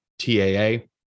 taa